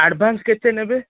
advance କେତେ ନେବେ